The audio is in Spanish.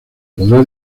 podrá